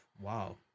Wow